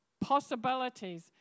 possibilities